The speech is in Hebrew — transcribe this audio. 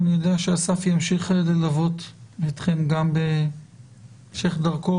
אני יודע שאסף ימשיך ללוות אתכם גם בהמשך דרכו